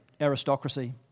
aristocracy